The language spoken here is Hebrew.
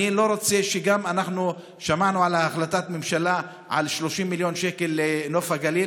גם שמענו על החלטת ממשלה על 30 מיליון שקל לנוף הגליל.